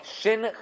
Shin